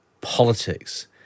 politics